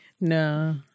No